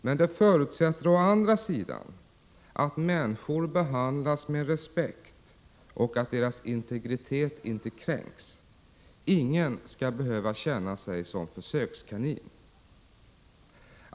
Men det förutsätter å andra sidan att människor behandlas med respekt och att deras integritet inte kränks. Ingen skall behöva känna sig som en försökskanin.